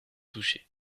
touchées